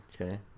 Okay